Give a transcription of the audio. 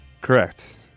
Correct